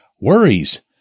worries